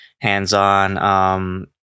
hands-on